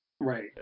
Right